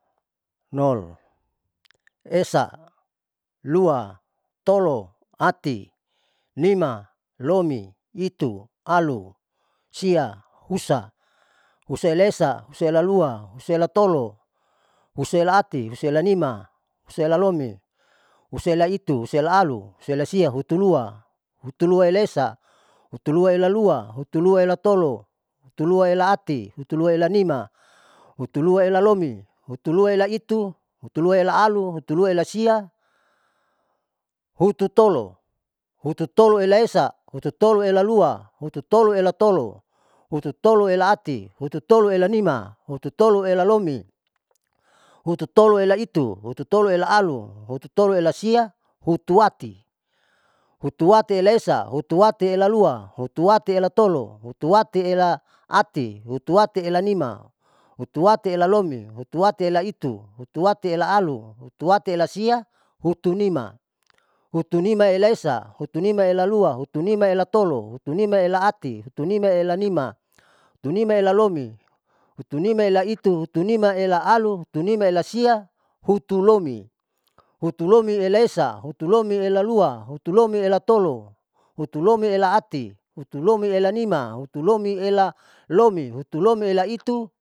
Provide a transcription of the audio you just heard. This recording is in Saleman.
Nol, esa, lua, tolo, ati, nima, lomi, itu, alu, sia, husa, husaela esa, husaela lua, husael tolo, husaela ati, husaela nima, husaela lomi, husaela itu, husaela alu, husaela sia, hutuluaela esa, hutuluaela lua, hutuluaela tolo, hutuluaela ati, hutuluaela nima, hutuluaela lomi, hutuluaela itu, hutuluaela alu, hutuluaela sia, hutu tolo, hututoloela esa, hututoloela lua, hututoloela tolo, hututoloela ati, hututoloela nima, hututoloela lomi, hututoloela itu, hututoloela alu, hututoloela sia, hutuati, hutuatiela esa, hutuatiela lua, hutuatiela tolo, hutuatiela ati, hutuatiela nima, hutuatiela lomi, hutuatiela itu, hutuatiela alu, hutuatiela sia, hutunima, hutunimaela esa, hutunimaela lua, hutunimaela tolo, hutunimaela ati, hutunimaela nima, hutunimaela lomi, hutunimaela itu, hutunimaela alu, hutunimaela sia, hutulomi, hutulomiela esa, hutulomiela lua, hutulomiela tolo, hutulomiela ati, hutulomiela nima, hutulomiela lomi, hutulomiela itu.